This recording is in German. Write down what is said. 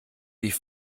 wie